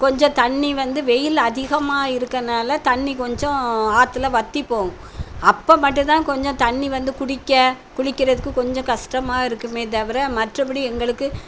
கொஞ்சம் தண்ணி வந்து வெயில் அதிகமாக இருக்கனால் தண்ணி கொஞ்சம் ஆற்றுல வற்றிப்போகும் அப்போ மட்டும்தான் கொஞ்சம் தண்ணி வந்து குடிக்க குளிக்கிறதுக்கு கொஞ்சம் கஷ்டமா இருக்குமே தவிர மற்றபடி எங்களுக்கு